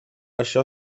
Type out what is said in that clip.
això